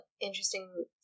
interesting